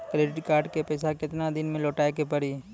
Credit card के पैसा केतना दिन मे लौटाए के पड़ी?